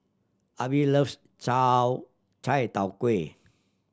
Arbie loves chow chai tow kway